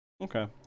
Okay